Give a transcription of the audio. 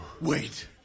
Wait